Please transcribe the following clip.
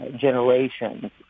generations